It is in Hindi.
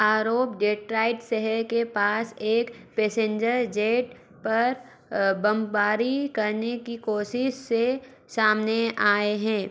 आरोप डेट्रॉइट शहर के पास एक पैसेंजर जेट पर बमबारी करने की कोशिश से सामने आए हैं